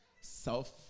self